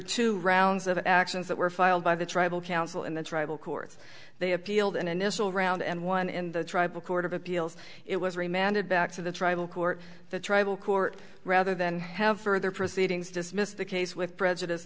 two rounds of actions that were filed by the tribal council in the tribal courts they appealed an initial round and one in the tribal court of appeals it was remanded back to the tribal court the tribal court rather than have further proceedings dismissed the case with prejudice